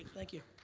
thank you.